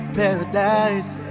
paradise